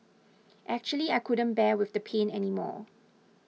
actually I couldn't bear with the pain anymore